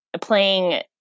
playing